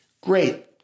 Great